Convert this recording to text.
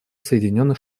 соединенных